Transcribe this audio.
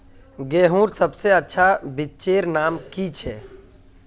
गेहूँर सबसे अच्छा बिच्चीर नाम की छे?